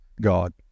God